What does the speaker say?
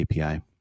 API